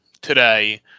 today